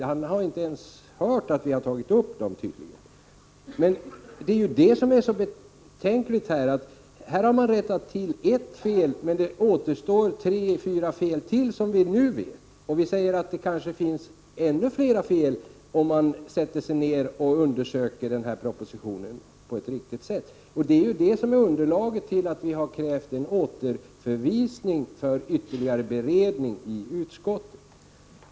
Han har tydligen inte ens hört att vi tagit upp dem. Det är det som är så betänkligt. Visserligen har man rättat till ett fel, men det återstår tre fyra fel till — såvitt vi nu vet. Vi säger att man kanske hittar ännu fler fel, om man sätter sig ned och riktigt undersöker propositionen. Det är ju det som gör att vi har krävt en återförvisning av ärendet för ytterligare beredning i utskottet.